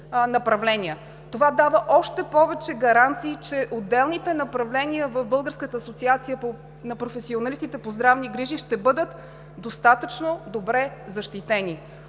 Това дава още повече гаранции, че отделните направления в Българската асоциация на професионалистите по здравни грижи ще бъдат достатъчно добре защитени.